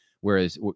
Whereas